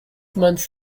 months